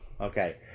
okay